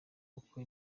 uko